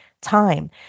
time